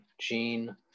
Gene